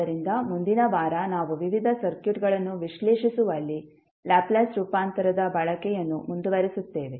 ಆದ್ದರಿಂದ ಮುಂದಿನ ವಾರ ನಾವು ವಿವಿಧ ಸರ್ಕ್ಯೂಟ್ಗಳನ್ನು ವಿಶ್ಲೇಷಿಸುವಲ್ಲಿ ಲ್ಯಾಪ್ಲೇಸ್ ರೂಪಾಂತರದ ಬಳಕೆಯನ್ನು ಮುಂದುವರಿಸುತ್ತೇವೆ